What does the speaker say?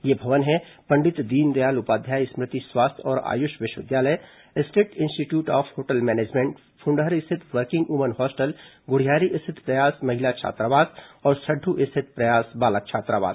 ये भवन है पंडित दीनदयाल उपाध्याय स्मृति स्वास्थ्य और आयुष विश्वविद्यालय state institute of hotel management Fundhar स्थित वर्किंग वुमन हॉस्टल गुढ़ियारी स्थित प्रयास महिला छात्रावास और सड्दू स्थित प्रयास बालक छात्रावास